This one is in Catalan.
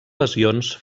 lesions